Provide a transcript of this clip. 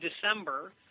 December